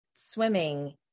swimming